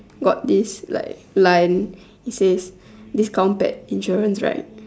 got this like line it says discount pack insurance right